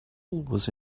was